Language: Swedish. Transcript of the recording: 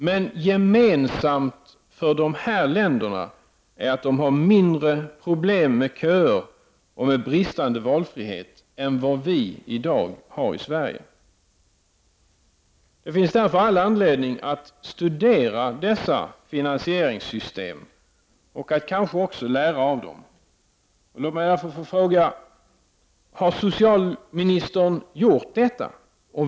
Men gemensamt för dessa länder är att de har mindre problem med köer och med bristande valfrihet än vad vi i dag har i Sverige. Det finns därför all anledning att studera dessa finansieringssystem och att kanske också lära av dem. Jag vill fråga: Har socialministern gjort detta?